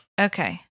Okay